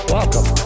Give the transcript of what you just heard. Welcome